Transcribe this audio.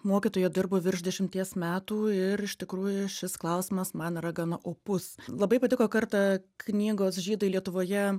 mokytoja dirbu virš dešimties metų ir iš tikrųjų šis klausimas man yra gana opus labai patiko kartą knygos žydai lietuvoje